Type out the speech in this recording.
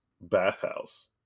bathhouse